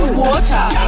water